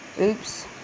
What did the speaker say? oops